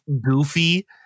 goofy